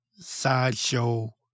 sideshow